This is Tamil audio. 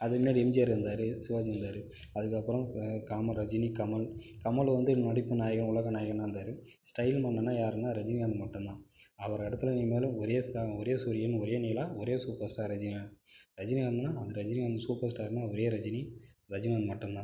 அதுக்கு முன்னாடி எம்ஜிஆர் இருந்தார் சிவாஜி இருந்தார் அதுக்கப்புறம் கமல் ரஜினி கமல் கமல் வந்து நடிப்பு நாயகன் உலக நாயகனாக இருந்தார் ஸ்டைல் மன்னன்னா யாருன்னா ரஜினிகாந்த் மட்டும் தான் அவர் இடத்துல இனிமேல் ஒரே ஷா ஒரே சூரியன் ஒரே நிலா ஒரே சூப்பர் ஸ்டார் ரஜினிகாந்த் ரஜினிகாந்த்துனா அது ரஜினிகாந்த் சூப்பர் ஸ்டார்னா ஒரே ரஜினி ரஜினிகாந்த் மட்டும் தான்